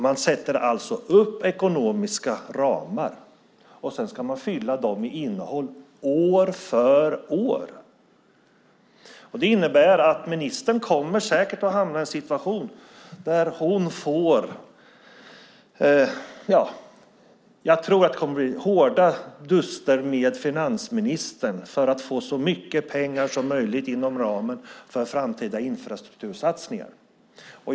Man sätter alltså upp ekonomiska ramar, och sedan ska man fylla dem med innehåll år för år. Det innebär att ministern säkert kommer att hamna i en situation där hon kommer att få ta hårda duster med finansministern för att få så mycket pengar som möjligt inom ramen för framtida infrastruktursatsningar.